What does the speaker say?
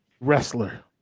wrestler